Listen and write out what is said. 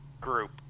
group